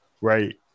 Right